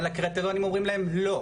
אבל הקריטריונים אומרים להם לא,